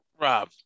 Rob